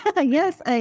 Yes